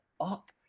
up